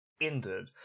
ended